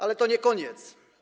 Ale to nie koniec.